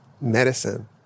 medicine